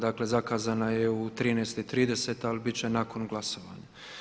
Dakle, zakazana je u 13.30 ali bit će nakon glasovanja.